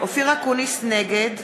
נגד